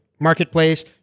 marketplace